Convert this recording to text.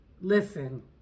listen